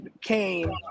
came